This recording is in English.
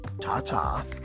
ta-ta